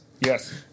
yes